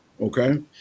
okay